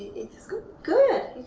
it is good. good.